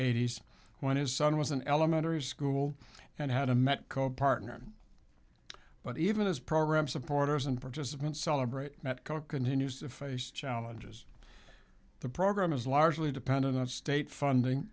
eighty s when his son was an elementary school and had a met copartner but even his program supporters and participants celebrate that koch continues to face challenges the program is largely dependent on state funding